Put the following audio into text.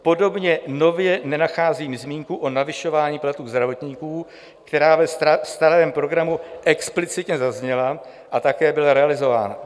Podobně nově nenacházím zmínku o navyšování platů zdravotníků, která ve starém programu explicitně zazněla a také byla realizována.